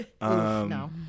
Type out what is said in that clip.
No